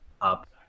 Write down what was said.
up